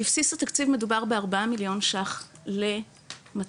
בבסיס התקציב מדובר בארבעה מיליון ₪ ל-